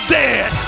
dead